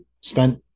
spent